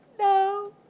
no